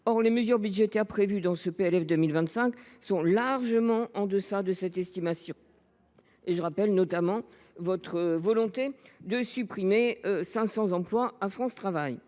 Or les mesures budgétaires prévues dans ce PLF pour 2025 sont largement en deçà de cette estimation. Je rappelle, notamment, votre volonté de supprimer 500 emplois à France Travail.